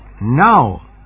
now